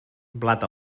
blat